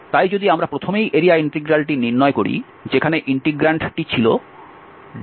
তাই যদি আমরা প্রথমেই এরিয়া ইন্টিগ্রালটি নির্ণয় করি যেখানে ইন্টিগ্রান্টটি ছিল F2∂x F1∂y